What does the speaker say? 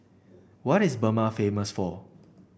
what is Burma famous for